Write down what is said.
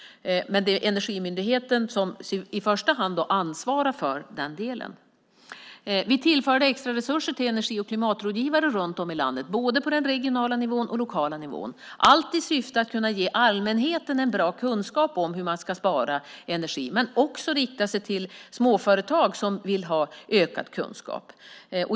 Men det är Energimyndigheten som i första hand ansvarar för den delen. Vi har tillfört extra resurser till energi och klimatrådgivare runt om i landet på både den regionala och den lokala nivån, allt i syfte att kunna ge allmänheten en bra kunskap om hur man ska spara energi, men de ska också rikta sig till småföretag som vill ha ökad kunskap.